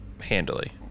handily